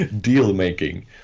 Deal-making